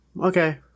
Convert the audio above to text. okay